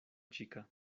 chica